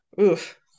Oof